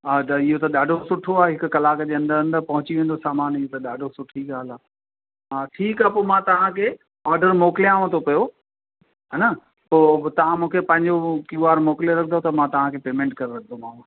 हा इअं त ॾाढो सुठो आहे हिकु कलाक जे अंदरि अंदरि पहुची वेंदो सामान ई त ॾाढो सुठी ॻाल्हि आहे हा ठीकु आहे पोइ मां तव्हांखे ऑडर मोकिलियांव थो पियो हिन पोइ तव्हां मूंखे पंहिंजो क्यू आर मोकिले रखिजो त मां तव्हांखे पेमेंट करे रखंदोमांव